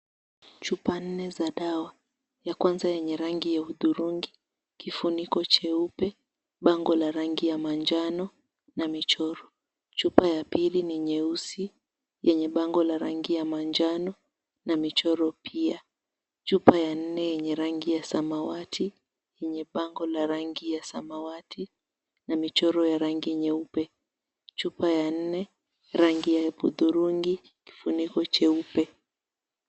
Chupa nne za dawa. Ya kwanza yenye rangi ya hudhurungi, kifuniko cheupe, bango la rangi ya manjano na michoro. Chupa ya pili ni nyeusi yenye bango la rangi ya manjano na michoro pia. Chupa ya nne yenye rangi ya samawati, yenye bango la rangi ya samawati na michoro ya rangi nyeupe. Chupa ya nne rangi ya hudhurungi, kifuniko cheupe.